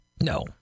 No